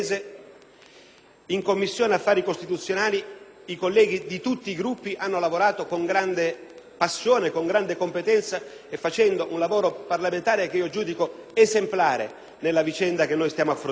in Commissione affari costituzionali i colleghi di tutti i Gruppi hanno lavorato con grande passione, con grande competenza, facendo un lavoro parlamentare che giudico esemplare nella vicenda che stiamo affrontando.